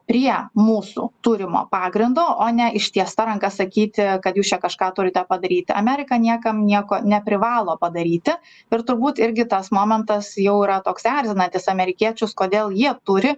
prie mūsų turimo pagrindo o ne ištiesta ranka sakyti kad jūs čia kažką turite padaryti amerika niekam nieko neprivalo padaryti ir turbūt irgi tas momentas jau yra toks erzinantis amerikiečius kodėl jie turi